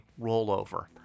Rollover